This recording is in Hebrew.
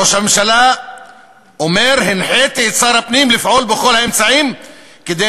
ראש הממשלה אומר: הנחיתי את שר הפנים לפעול בכל האמצעים כדי